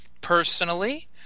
Personally